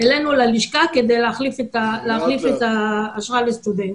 אלינו ללשכה כדי להחליף את האשרה לסטודנט.